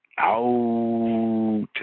out